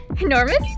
Enormous